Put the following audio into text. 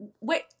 Wait